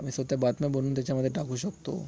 आम्ही स्वतः बातम्या बनवून त्याच्यामध्ये टाकू शकतो